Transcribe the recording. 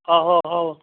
ꯑꯧ ꯑꯧ ꯑꯧ